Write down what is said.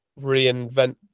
reinvent